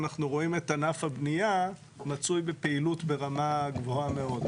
אנחנו רואים את ענף הבנייה מצוי בפעילות ברמה גבוהה מאוד.